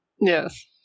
Yes